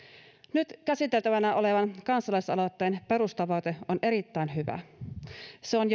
nyt käsiteltävänä olevan kansalaisaloitteen perustavoite on erittäin hyvä se on